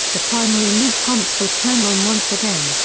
the primary loop pumps were turned on once again,